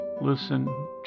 Listen